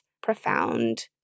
profound